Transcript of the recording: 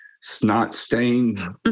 snot-stained